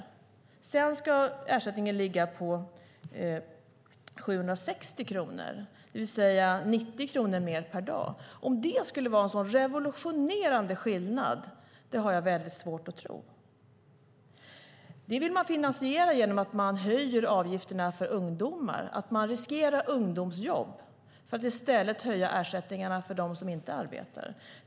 Därefter ska ersättningen ligga på 760 kronor, det vill säga 90 kronor mer per dag. Att det skulle vara en så revolutionerande skillnad har jag väldigt svårt att tro. Det vill man finansiera genom att höja avgifterna för ungdomar. Man riskerar ungdomsjobb för att i stället höja ersättningarna till dem som inte arbetar.